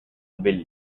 bill